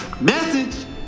Message